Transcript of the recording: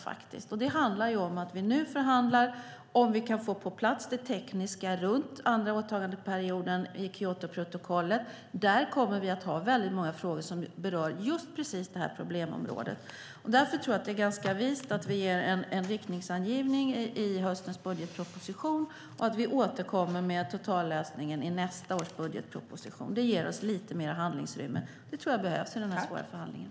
Vi förhandlar nu om att kunna få på plats det tekniska runt den andra åtagandeperioden i Kyotoprotokollet. Där kommer vi att ha väldigt många frågor som berör precis det här problemområdet. Därför tror jag att det är ganska vist att vi gör en riktningsangivning i höstens budgetproposition och att vi återkommer med en totallösning i nästa års budgetproposition. Det ger oss lite mer handlingsutrymme. Det tror jag behövs i den svåra förhandlingen.